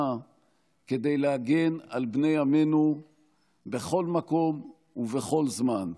כדי להגן על בני עמנו בכל מקום ובכל זמן,